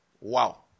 Wow